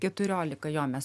keturiolika jo mes